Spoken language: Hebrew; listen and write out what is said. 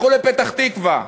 לכו לפתח-תקווה.